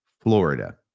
Florida